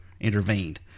intervened